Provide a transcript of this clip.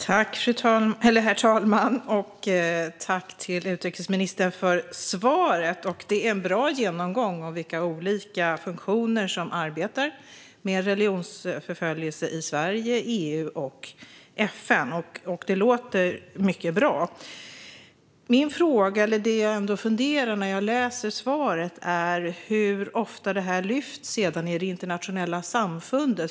Herr talman! Tack till utrikesministern för svaret! Det var en bra genomgång av vilka olika funktioner som arbetar med frågor som rör religionsförföljelse i Sverige, i EU och i FN. Det låter mycket bra. Det jag ändå funderar över efter att ha hört svaret är hur ofta detta lyfts upp i det internationella samfundet.